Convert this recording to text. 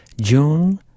June